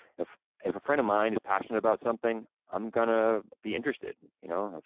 if if a friend of mine is passionate about something i'm gonna be interested. you know if